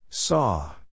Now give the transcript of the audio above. Saw